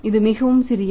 இது மிகவும் சிறியது